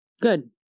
Good